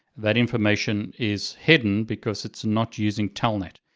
that information is hidden because it's not using telnet.